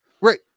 Right